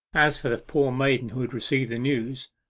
as for the poor maiden who had received the news,